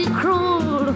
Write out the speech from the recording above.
cruel